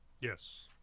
Yes